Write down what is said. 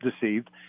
deceived